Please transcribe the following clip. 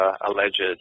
alleged